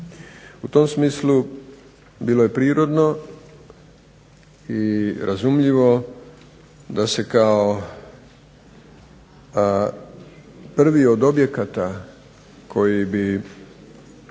U tom smislu bilo je prirodno i razumljivo da se kao prvi od objekata koji bi